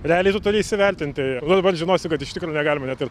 realiai tu turi įsivertinti o dabar žinosiu kad iš tikro negalima net ir